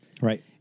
Right